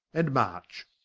and march